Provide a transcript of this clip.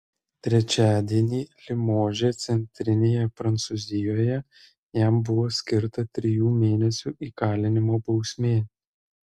trečiadienį limože centrinėje prancūzijoje jam buvo skirta trijų mėnesių įkalinimo bausmė